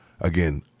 again